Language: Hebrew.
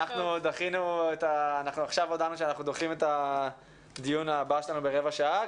אנחנו עכשיו הודענו שאנחנו דוחים את הדיון הבא שלנו ברבע שעה,